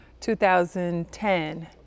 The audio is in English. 2010